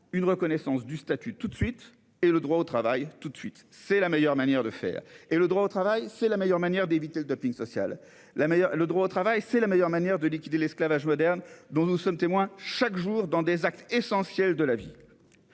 une reconnaissance du statut toute de suite et le droit au travail tout de suite, c'est la meilleure manière de faire et le droit au travail, c'est la meilleure manière d'éviter le dumping social. La meilleure le droit au travail, c'est la meilleure manière de liquider l'esclavage moderne dont nous sommes témoins chaque jour dans des actes essentiels de la vie.